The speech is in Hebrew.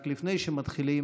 רק לפני שמתחילים,